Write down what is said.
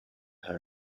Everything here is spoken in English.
her